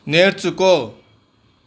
నేర్చుకో